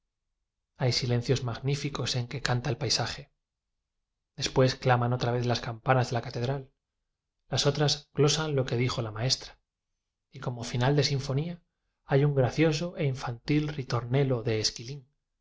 hay silencios magnífi cos en que canta el paisaje después cla man otra vez las campanas de la catedral las otras glosan lo que dijo la maestra y como final de sinfonía hay un gracioso e infantil ritornello de esquilín